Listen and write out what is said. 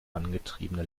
angetriebene